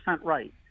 right